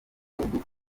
bugufi